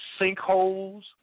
sinkholes